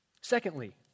Secondly